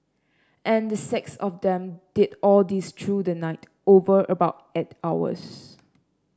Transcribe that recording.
and the six of them did all this through the night over about eight hours